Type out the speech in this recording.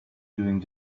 doing